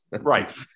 right